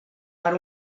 per